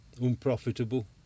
unprofitable